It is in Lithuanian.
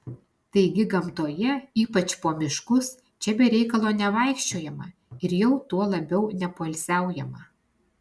taigi gamtoje ypač po miškus čia be reikalo nevaikščiojama ir jau tuo labiau nepoilsiaujama